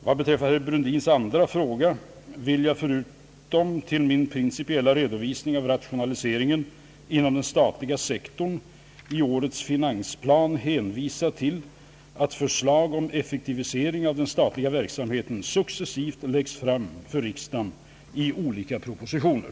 Vad beträffar herr Brundins andra fråga vill jag förutom till min principiella redovisning av rationaliseringen inom den statliga sektorn i årets finansplan hänvisa till att förslag om effektivisering av den statliga verksamheten successivt läggs fram för riksdagen i olika propositioner.